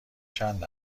چند